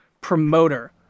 promoter